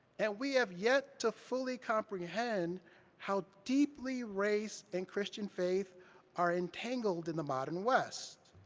and we have yet to fully comprehend how deeply race and christian faith are entangled in the modern west.